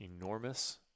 enormous